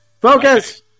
Focus